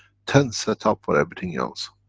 tens set up or everything else.